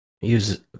use